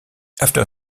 after